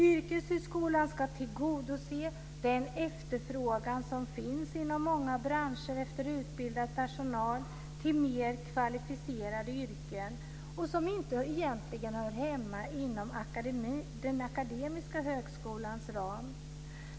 Yrkeshögskolan ska tillgodose den efterfrågan som finns inom många branscher efter utbildad personal till mer kvalificerade yrken och som egentligen inte hör hemma inom den akademiska högskolans ram.